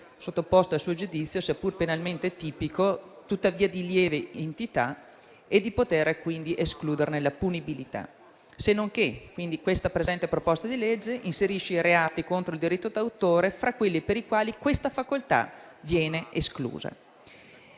sottoposto al suo giudizio, seppur penalmente tipico, tuttavia di lieve entità e di potere quindi escluderne la punibilità. La presente proposta di legge inserisce i reati contro il diritto d'autore fra quelli per i quali questa facoltà viene esclusa.